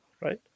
right